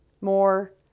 more